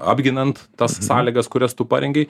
apginant tas sąlygas kurias tu parengei